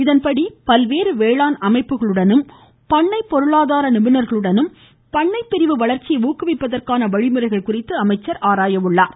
இதன்படி பல்வேறு வேளாண் அமைப்புகளுடனும் பண்ணை பொருளாதார நிபுணர்களுடனும் பண்ணை பிரிவு வளர்ச்சியை ஊக்குவிப்பதற்கான வழிமுறைகள் குறித்து அமைச்சர் ஆராய்கிறார்